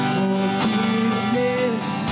Forgiveness